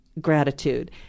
gratitude